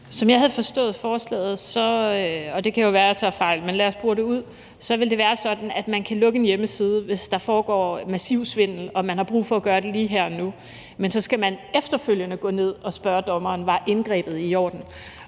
Som jeg har forstået forslaget – og det kan jo være, jeg tager fejl, men lad os få det boret ud – så vil det være sådan, at man kan lukke en hjemmeside, hvis der foregår massiv svindel og man har brug for at gøre det lige her og nu. Men så skal man efterfølgende spørge dommeren, om indgrebet var i orden.